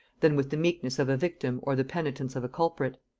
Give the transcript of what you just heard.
than with the meekness of a victim or the penitence of a culprit.